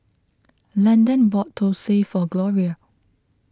Landan bought Thosai for Gloria